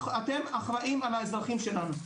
אתם אחראים על האזרחים שלנו,